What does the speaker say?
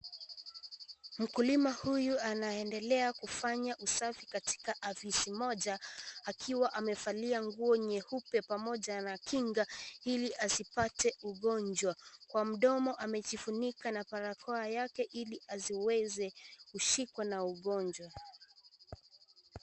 Mkulima huyu anaendelea kufanya usafi katika ofisi moja, akiwa amevalia nguo nyeupe pamoja na kinga ili asipate ugonjwa. Kwa mdomo amejifunika na barakoa yake ili asiweze kushikwa na ugonjwa.